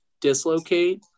dislocate